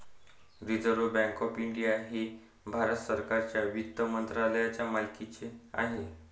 reserve bank of India हे भारत सरकारच्या वित्त मंत्रालयाच्या मालकीचे आहे